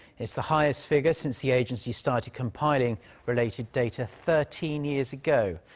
it's the highest figure since the agency started compiling related data thirteen years ago.